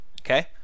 Okay